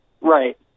Right